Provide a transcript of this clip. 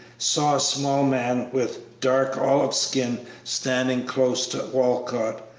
saw a small man, with dark olive skin, standing close to walcott,